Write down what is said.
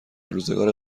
روزگار